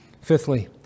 Fifthly